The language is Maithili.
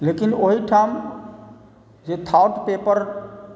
लेकिन ओहिठाम जे थर्ड पेपर